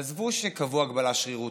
עזבו שקבעו הגבלה שרירותית,